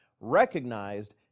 recognized